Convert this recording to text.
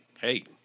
hey